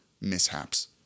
mishaps